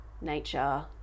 nature